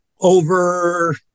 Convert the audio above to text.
over